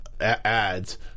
ads